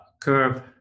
curve